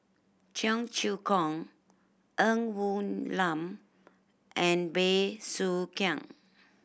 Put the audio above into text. Cheong Choong Kong Ng Woon Lam and Bey Soo Khiang